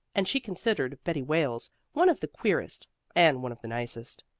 and she considered betty wales one of the queerest and one of the nicest.